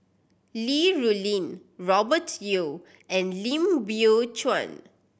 Li Rulin Robert Yeo and Lim Biow Chuan